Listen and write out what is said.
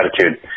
attitude